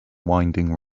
winding